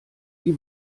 die